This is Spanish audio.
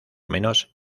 menos